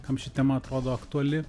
kam ši tema atrodo aktuali